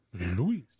Luis